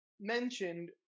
mentioned